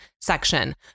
section